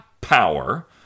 power